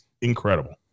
incredible